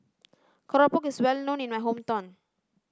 Keropok is well known in my hometown